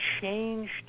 changed